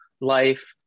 life